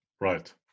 Right